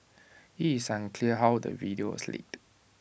IT is unclear how the video was leaked